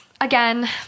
again